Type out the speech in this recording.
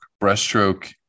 breaststroke